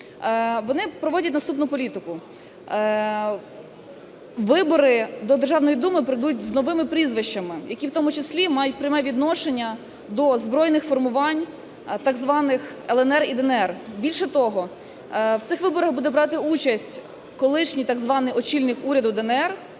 вони проводять наступну політику: вибори до Державної Думи пройдуть з новими прізвищами, які в тому числі мають пряме відношення до збройних формувань так званих "ЛНР" і "ДНР". Більше того, в цих виборах буде брати участь колишній так званий очільник уряду "ДНР"